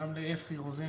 וגם לאפי רוזן,